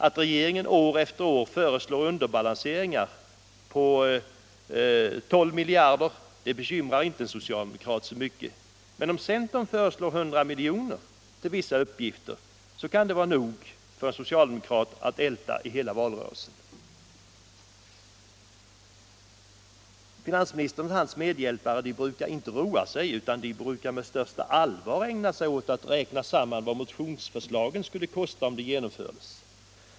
Att regeringen år efter år föreslår underbalanseringar på 12 miljarder bekymrar inte en socialdemokrat så mycket, men om centern föreslår 100 miljoner till vissa uppgifter så kan det vara nog för en socialdemokrat att älta i hela valrörelsen. Finansministern och hans medhjälpare brukar inte roa sig med utan med största allvar ägna sig åt att räkna samman vad motionsförslagen skulle kosta om de genomfördes.